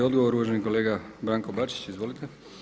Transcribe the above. Odgovor uvaženi kolega Branko Bačić, izvolite.